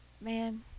man